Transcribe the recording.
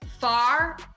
far